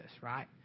right